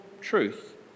truth